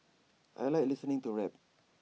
I Like listening to rap